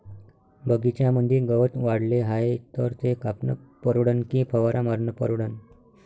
बगीच्यामंदी गवत वाढले हाये तर ते कापनं परवडन की फवारा मारनं परवडन?